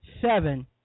Seven